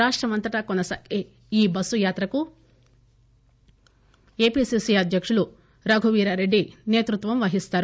రాష్ట మంతటా కొనసాగే ఈ బస్సు యాత్రకు ఏపిసిసి అధ్యక్తుడు రఘువీరారెడ్డి నేతృత్వం వహిస్తారు